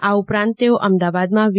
આ ઉપરાંત તેઓ અમદાવાદમાં વી